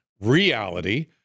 reality